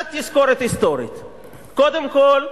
תזכורת היסטורית קטנה: קודם כול,